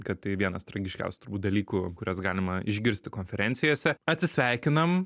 kad tai vienas tragiškiausių turbūt dalykų kuriuos galima išgirsti konferencijose atsisveikinam